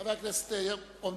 חבר הכנסת יואל חסון,